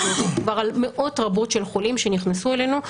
כי מדובר על מאות רבות של חולים שנכנסו אלינו,